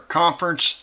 conference